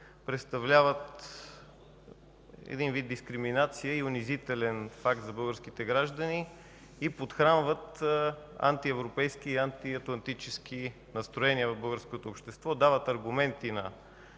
представляват вид дискриминация и унизителен факт за българските граждани, и подхранват антиевропейски и антиатлантически настроения в българското общество; дават аргументи на